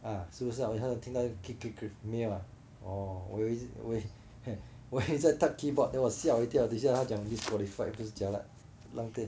ah 是不是我好像有听到 没有啊哦我有我以为我以为你在 type keyboard then 吓我一跳等一下他讲 disqualified 不是 jialat 浪费